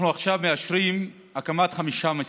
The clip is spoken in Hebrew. אנחנו עכשיו מאשרים הקמת חמישה משרדים,